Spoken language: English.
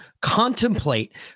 contemplate